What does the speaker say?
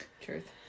Truth